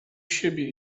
siebie